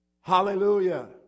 Hallelujah